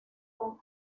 con